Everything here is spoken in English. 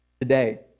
today